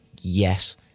yes